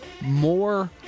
more